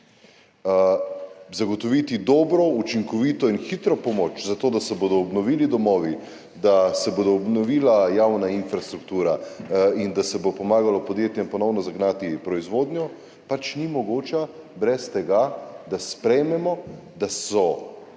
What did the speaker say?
Zagotoviti dobro, učinkovito in hitro pomoč, zato da se bodo obnovili domovi, da se bo obnovila javna infrastruktura in da se bo pomagalo podjetjem ponovno zagnati proizvodnjo, pač ni mogoče brez tega, da sprejmemo, da so